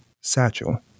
satchel